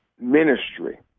ministry